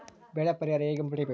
ಬೆಳೆ ಪರಿಹಾರ ಹೇಗೆ ಪಡಿಬೇಕು?